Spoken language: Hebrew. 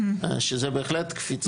שזה בהחלט קפיצה.